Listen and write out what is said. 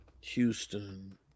Houston